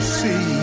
see